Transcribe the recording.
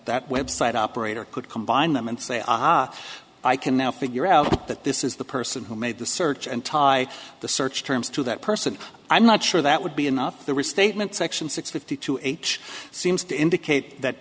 that website operator could combine them and say aha i can now figure out that this is the person who made the search and tie the search terms to that person i'm not sure that would be enough the restatement section six fifty two eight seems to indicate that